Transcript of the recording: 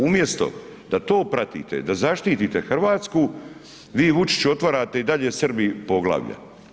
Umjesto da to pratite da zaštite Hrvatsku, vi Vučiću otvarate i dalje Srbiji poglavlja.